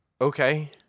Okay